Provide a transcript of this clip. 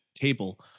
table